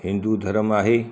हिंदू धर्म आहे